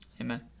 Amen